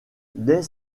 dès